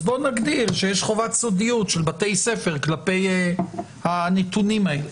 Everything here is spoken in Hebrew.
אז בואו נגדיר שיש חובת סודיות של בתי ספר כלפי הנתונים האלה.